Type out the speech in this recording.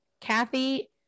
Kathy